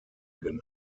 genannt